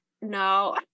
no